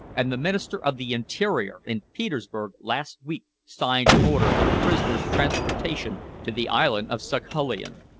and the minister of the interior in petersburg last week signed an order for the prisoner's transportation to the island of saghalien.